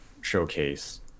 showcase